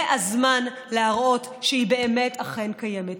זה הזמן להראות שהיא באמת אכן קיימת.